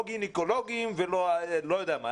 לא גניקולוגים ולא לא יודע מה,